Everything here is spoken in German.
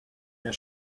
der